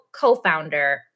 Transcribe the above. co-founder